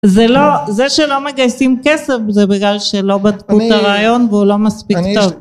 זה לא זה שלא מגייסים כסף זה בגלל שלא בדקו את הרעיון והוא לא מספיק טוב